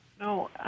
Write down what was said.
No